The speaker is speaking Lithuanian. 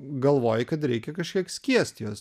galvoji kad reikia kažkiek skiest juos